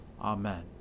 Amen